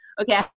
okay